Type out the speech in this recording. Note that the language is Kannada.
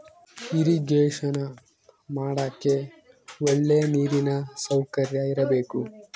ಇರಿಗೇಷನ ಮಾಡಕ್ಕೆ ಒಳ್ಳೆ ನೀರಿನ ಸೌಕರ್ಯ ಇರಬೇಕು